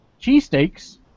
cheesesteaks